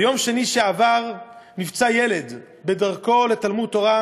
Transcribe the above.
ביום שני שעבר נפצע ילד בדרכו לתלמוד-תורה,